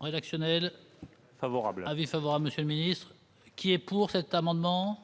Rédactionnel favorable, avis savoir Monsieur le Ministre, qui est pour cet amendement.